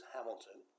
Hamilton